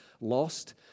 lost